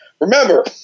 remember